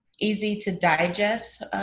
easy-to-digest